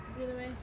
不觉得 meh